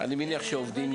אבל יכול להיות שעובדים